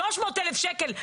300,000 שקל,